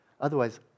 Otherwise